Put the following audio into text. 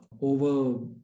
Over